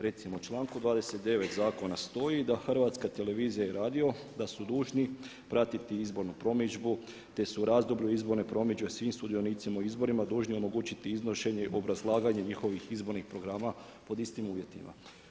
Recimo u članku 29. zakona stoji da HTV i radio da su dužni pratiti izbornu promidžbu te su u razdoblju izborne promidžbe svim sudionicima u izborima dužni omogućiti iznošenje i obrazlaganje njihovih izbornih programa pod istim uvjetima.